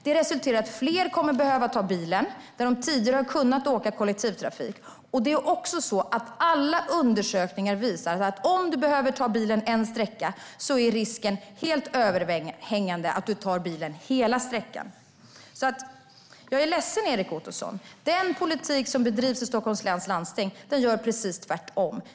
Det resulterar i att fler kommer att behöva ta bilen där de tidigare har kunnat åka med kollektivtrafiken. Alla undersökningar visar att om man behöver ta bilen en sträcka är risken överhängande att man tar bilen hela sträckan. Jag är ledsen, Erik Ottoson, men den politik som bedrivs i Stockholms läns landsting gör att det blir precis tvärtom.